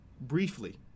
briefly